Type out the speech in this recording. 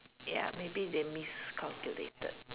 ya maybe they miscalculated